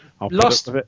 Lost